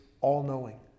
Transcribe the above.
all-knowing